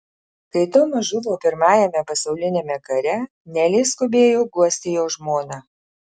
kai tomas žuvo pirmajame pasauliniame kare nelė skubėjo guosti jo žmoną